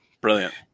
Brilliant